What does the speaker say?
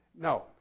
No